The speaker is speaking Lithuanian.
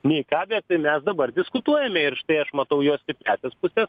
nei ką bet mes dabar diskutuojame ir štai aš matau jo stipriąsias puses